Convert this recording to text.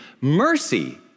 Mercy